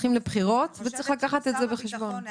הולכים לבחירות, וצריך לקחת את זה בחשבון.